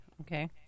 Okay